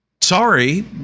sorry